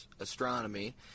astronomy